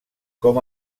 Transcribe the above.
com